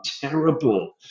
terrible